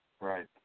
Right